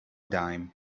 dime